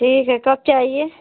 ठीक है कब चाहिए